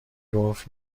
گفت